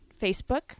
Facebook